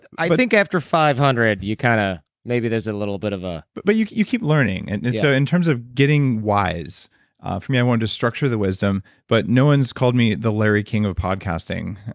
i but think after five hundred, you kind of. maybe there's a little bit of a but but you you keep learning. and so in terms of getting wise for me, i wanted to structure the wisdom, but no one's called me the larry king of podcasting